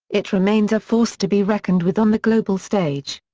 it remains a force to be reckoned with on the global stage.